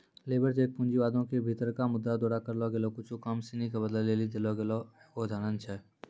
labour check पूँजीवादो के भीतरका मुद्रा द्वारा करलो गेलो कुछु काम सिनी के बदलै लेली देलो गेलो एगो उपकरण छै